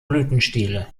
blütenstiele